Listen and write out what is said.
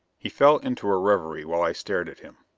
he fell into a reverie while i stared at him.